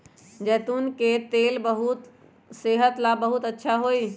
जैतून के तेल सेहत ला बहुत अच्छा हई